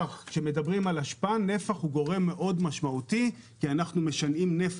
כשמדברים על אשפה נפח הוא גורם מאוד משמעותי כי אנחנו משנעים נפח,